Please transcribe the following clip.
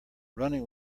running